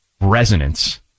resonance